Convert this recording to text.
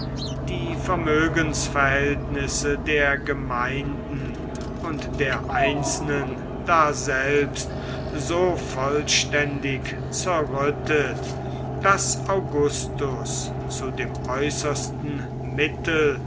die vermögensverhältnisse der gemeinden und der einzelnen daselbst so vollständig zerrüttet daß augustus zu dem äußersten mittel